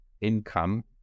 income